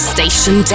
Station